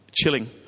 chilling